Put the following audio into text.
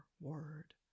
word